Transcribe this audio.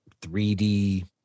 3D